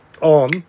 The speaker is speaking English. on